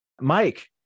Mike